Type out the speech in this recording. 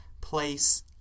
place